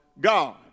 God